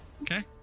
Okay